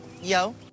Yo